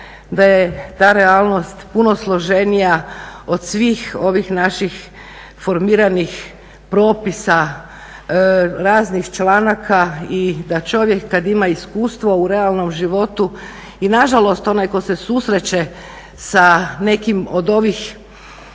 da je ta realnost puno složenija od svih ovih naših formiranih propisa, raznih članaka i da čovjek kad ima iskustvo u realnom životu i na žalost onaj tko se susreće sa nekim od ovih